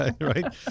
right